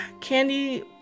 candy